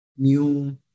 new